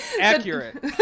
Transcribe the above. accurate